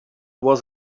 was